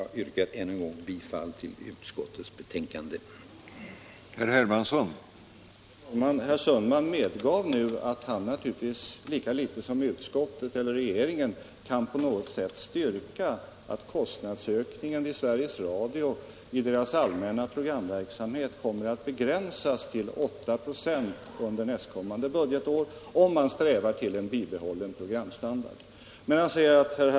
Jag yrkar än en gång bifall till utskottets hemställan.